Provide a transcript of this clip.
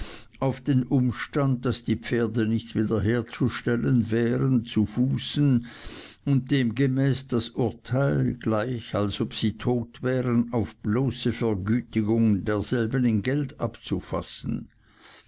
auf den umstand daß die pferde nicht wiederherzustellen wären zu fußen und demgemäß das urteil gleich als ob sie tot wären auf bloße vergütigung derselben in geld abzufassen